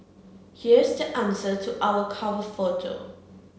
here's the answer to our cover photo